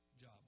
job